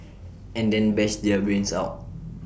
and then bash their brains out